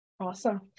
Awesome